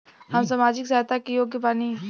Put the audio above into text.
हम सामाजिक सहायता के योग्य बानी?